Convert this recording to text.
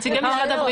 נכון?